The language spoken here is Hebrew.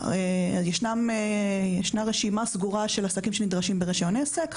ישנה רשימה סגורה של עסקים שנדרשים ברישיון עסק.